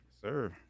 Sir